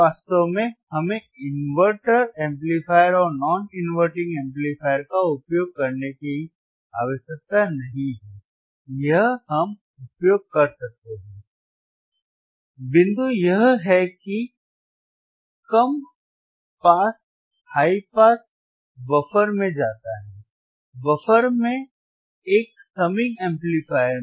वास्तव में हमें इनवर्टर एम्पलीफायर और नॉन इनवर्टिंग एम्पलीफायर का उपयोग करने की आवश्यकता नहीं है या हम उपयोग कर सकते हैंबिंदु यह है की कम पास हाई पास बफर में जाता है बफर से एक संमिंग एम्पलीफायर में